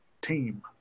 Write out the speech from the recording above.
team